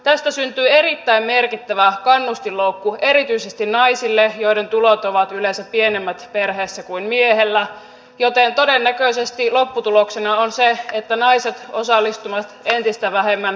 tästä syntyy erittäin merkittävä kannustinloukku erityisesti naisille joiden tulot ovat perheessä yleensä pienemmät kuin miehellä joten todennäköisesti lopputuloksena on se että naiset osallistuvat entistä vähemmän työelämään